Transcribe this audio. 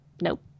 nope